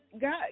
god